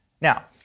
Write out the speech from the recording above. Now